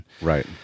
Right